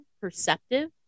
perceptive